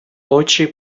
очі